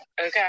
Okay